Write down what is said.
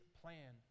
plan